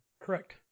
Correct